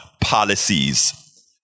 policies